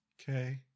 Okay